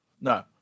No